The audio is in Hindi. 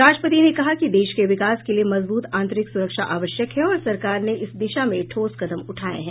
राष्ट्रपति ने कहा कि देश के विकास के लिए मजबूत आंतरिक सुरक्षा आवश्यक है और सरकार ने इस दिशा में ठोस कदम उठाए हैं